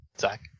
Zach